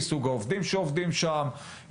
סוג העובדים שעובדים שם,